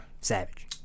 Savage